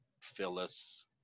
Phyllis